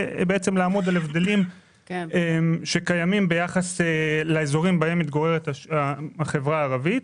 לעמוד על ההבדלים שקיימים ביחס לאזורים שבהם מתגוררת החברה הערבית.